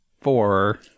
four